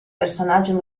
personaggio